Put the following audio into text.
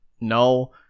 no